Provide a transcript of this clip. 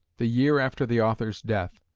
the year after the author's death.